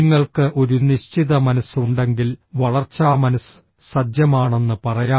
നിങ്ങൾക്ക് ഒരു നിശ്ചിത മനസ്സ് ഉണ്ടെങ്കിൽ വളർച്ചാ മനസ്സ് സജ്ജമാണെന്ന് പറയാം